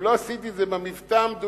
אם לא עשיתי את זה במבטא המדויק,